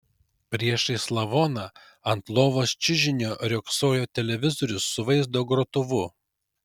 priešais lavoną ant lovos čiužinio riogsojo televizorius su vaizdo grotuvu